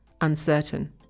uncertain